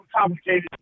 complicated